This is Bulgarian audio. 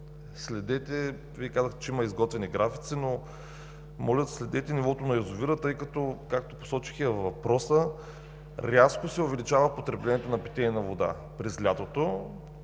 следете, Вие казахте, че има изготвени графици, но моля, следете нивото на язовира, тъй като, както посочих и във въпроса, рязко се увеличава потреблението на питейна вода през лятото.